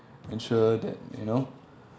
ensure that you know